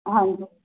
ਹਾਂਜੀ